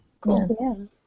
Cool